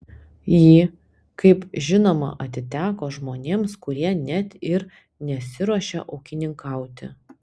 ji kaip žinoma atiteko žmonėms kurie net ir nesiruošia ūkininkauti